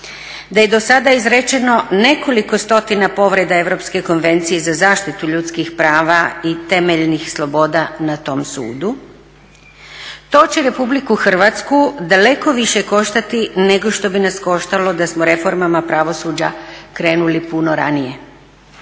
da je dosada izrečeno nekoliko stotina povreda Europske konvencije za zaštitu ljudskih prava i temeljnih sloboda na tom sudu. To će RH daleko više koštati nego što bi nas koštalo da smo reformama pravosuđa krenuli puno ranije,